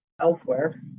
elsewhere